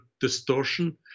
distortion